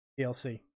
DLC